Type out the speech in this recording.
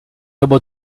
able